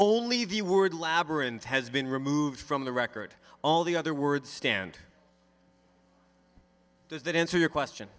only the word labyrinth has been removed from the record all the other words stand does that answer your question